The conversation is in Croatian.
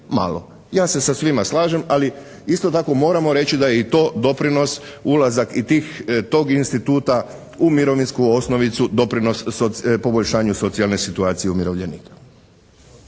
Ja se sa svima slažem. Ali isto tako moramo reći da je i to doprinos, ulazak i tog instituta u mirovinsku osnovicu doprinos poboljšanju socijalne situacije umirovljenika.